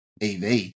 EV